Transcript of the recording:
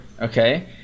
okay